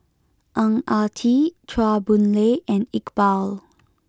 Ang Ah Tee Chua Boon Lay and Iqbal